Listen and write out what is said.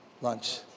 lunch